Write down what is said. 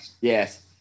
Yes